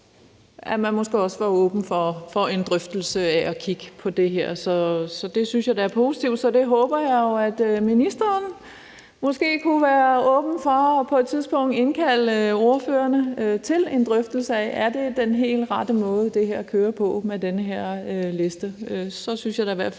at man måske også var åben for en drøftelse af det og at kigge på det her. Så det synes jeg da er positivt, og jeg håber jo, at ministeren måske kunne være åben for det og på et tidspunkt indkalde ordførerne til en drøftelse af, om det er den helt rette måde, det kører på med den her liste. For så synes jeg da i hvert fald,